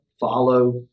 Follow